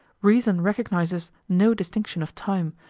reason recognizes no distinction of time,